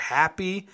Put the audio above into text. happy